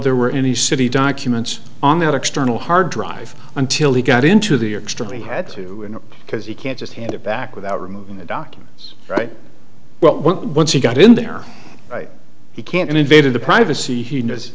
there were any city documents on that external hard drive until he got into the extra money had to because he can't just hand it back without removing the documents right well once he got in there he can't invade the privacy he knows